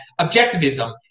objectivism